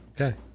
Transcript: okay